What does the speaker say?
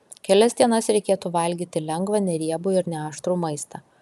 kelias dienas reikėtų valgyti lengvą neriebų ir neaštrų maistą